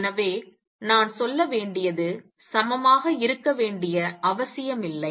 எனவே நான் சொல்ல வேண்டியது சமமாக இருக்க வேண்டிய அவசியமில்லை